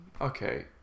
Okay